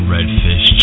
Redfish